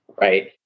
right